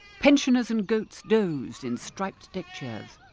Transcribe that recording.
pensioners and goats dozed in striped deckchairs.